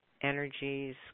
energies